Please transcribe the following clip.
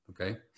okay